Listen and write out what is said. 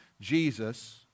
jesus